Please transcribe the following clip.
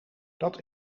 dat